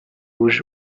rouge